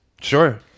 Sure